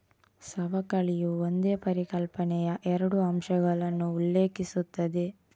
ಸವಕಳಿಯು ಒಂದೇ ಪರಿಕಲ್ಪನೆಯ ಎರಡು ಅಂಶಗಳನ್ನು ಉಲ್ಲೇಖಿಸುತ್ತದೆ